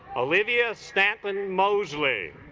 olivia staffan mosley